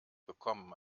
bekommen